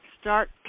Start